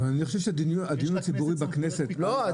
אבל אני חושב שהדיון הציבורי בכנסת --- לא,